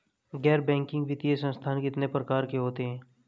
गैर बैंकिंग वित्तीय संस्थान कितने प्रकार के होते हैं?